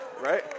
right